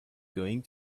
going